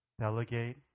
delegate